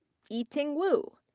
yi-ting wu.